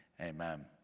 Amen